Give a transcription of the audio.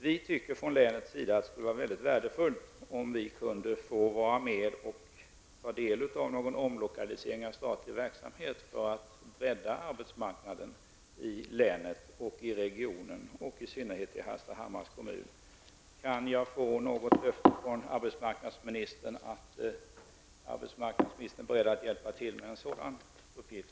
Vi tycker från länet sida att det skulle vara mycket värdefullt om vi kunde få vara med och ta del av någon omlokalisering av statlig verksamhet för att rädda arbetsmarknaden i länet, i regionen, och i synnerhet i Hallstahammars kommun. Kan jag få ett löfte från arbetsmarknadsministern om att arbetsmarknadsministern är beredd att hjälpa till med en sådan uppgift?